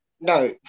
No